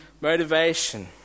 motivation